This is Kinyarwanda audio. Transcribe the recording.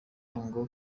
ngo